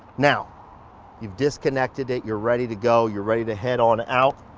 now you've disconnected it, you're ready to go. you're ready to head on out,